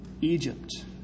Egypt